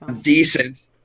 Decent